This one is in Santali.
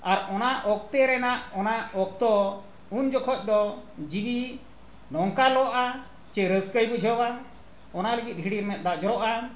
ᱟᱨ ᱚᱱᱟ ᱚᱠᱛᱚ ᱨᱮᱱᱟᱜ ᱚᱱᱟ ᱚᱠᱛᱚ ᱩᱱ ᱡᱚᱠᱷᱚᱡ ᱫᱚ ᱡᱤᱣᱤ ᱱᱚᱝᱠᱟ ᱞᱚᱜᱼᱟ ᱥᱮ ᱨᱟᱹᱥᱠᱟᱹᱭ ᱵᱩᱡᱷᱟᱹᱣᱟ ᱚᱱᱟ ᱞᱟᱹᱜᱤᱫ ᱦᱤᱰᱤᱨ ᱢᱮᱫ ᱫᱟᱜ ᱡᱚᱨᱚᱜᱼᱟ